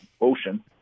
ocean